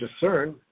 discern